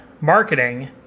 marketing